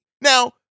Now